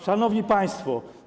Szanowni Państwo!